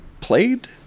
played